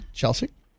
Chelsea